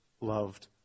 loved